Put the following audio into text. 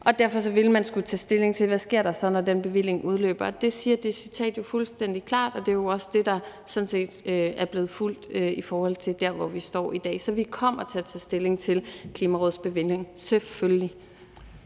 og derfor ville man skulle tage stilling til, hvad der så sker, når den bevilling udløber, og det siger det citat jo fuldstændig klart, og det er også det, der sådan set er blevet fulgt, i forhold til hvor vi står i dag. Så vi kommer til at tage stilling til Klimarådets bevilling, selvfølgelig.